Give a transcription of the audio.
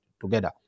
together